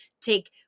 take